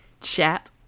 chat